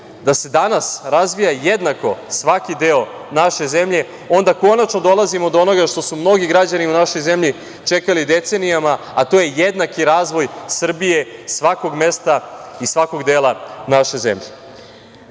da se danas razvija jednako svaki deo naše zemlje, onda konačno dolazimo do onoga što su mnogi građani u našoj zemlji čekali decenijama, a to je jednaki razvoj Srbije, svakog mesta i svakog dela naše zemlje. Čuli